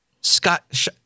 Scott